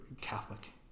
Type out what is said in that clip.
Catholic